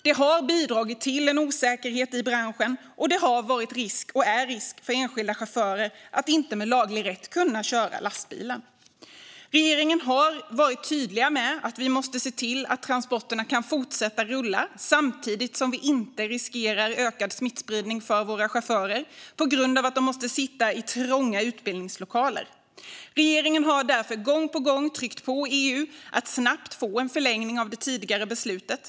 Det har bidragit till en osäkerhet i branschen och risk för enskilda chaufförer att inte med laglig rätt kunna köra lastbilen. Regeringen har varit tydlig med att vi måste se till att transporterna kan fortsätta rulla, samtidigt som vi inte riskerar ökad smittspridning för våra chaufförer på grund av att de måste sitta i trånga utbildningslokaler. Regeringen har därför gång på gång tryckt på EU om att snabbt få en förlängning av det tidigare beslutet.